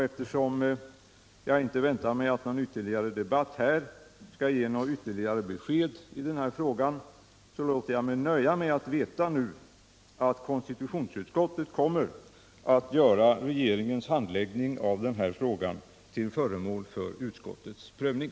Eftersom jag inte väntar mig att en fortsatt debatt här skall ge ytterligare besked i frågan låter jag mig nöja med att jag nu vet att konstitutionsutskottet kommer att göra regeringens handläggning av frågan till föremål för utskottets prövning.